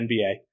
NBA